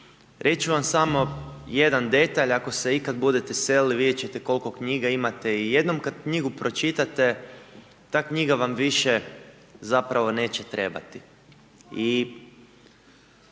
ću vam samo jedan detalj, ako se ikad budete selili, vidjet ćete koliko knjiga imate i jednom kad knjigu pročitate, ta knjiga vam više zapravo neće trebati i